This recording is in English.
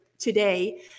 Today